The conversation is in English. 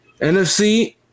NFC